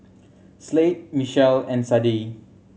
Slade Michell and Sadie